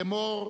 לאמור: